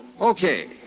Okay